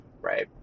right